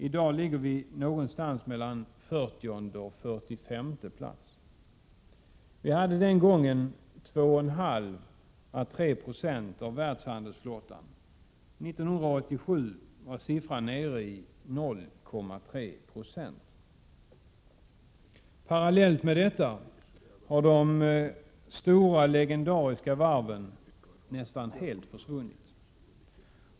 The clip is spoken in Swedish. I dag ligger vi någonstans mellan fyrtionde och fyrtiofemte plats. Vi hade den gången 2,5 å 3 20 av världshandelsflottan — 1987 var siffran nere i 0,3 2. Parallellt med denna utveckling har de stora legendariska varven nästan helt försvunnit.